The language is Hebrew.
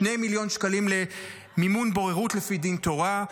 2 מיליון שקלים למימון בוררות לפי דין תורה,